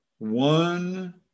One